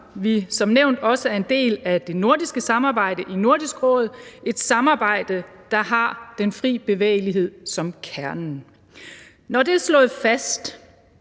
også en del af det nordiske samarbejde i Nordisk Råd, et samarbejde, der har den fri bevægelighed som kernen. Når det er slået fast,